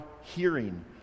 hearing